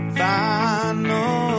final